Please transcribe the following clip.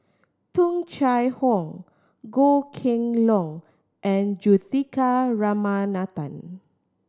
Tung Chye Hong Goh Kheng Long and Juthika Ramanathan